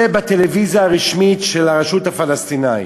זה בטלוויזיה הרשמית של הרשות הפלסטינית.